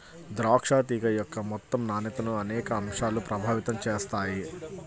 ద్రాక్ష తీగ యొక్క మొత్తం నాణ్యతను అనేక అంశాలు ప్రభావితం చేస్తాయి